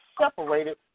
separated